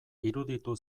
iruditu